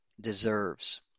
deserves